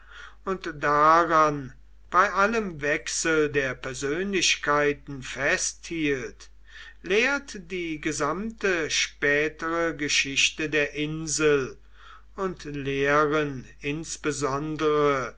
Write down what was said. und daran bei allem wechsel der persönlichkeiten festhielt lehrt die gesamte spätere geschichte der insel und lehren insbesondere